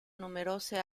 numerose